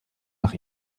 nach